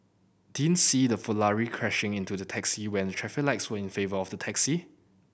didn't see the Ferrari crashing into the taxi when the traffic lights were in favour of the taxi